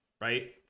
right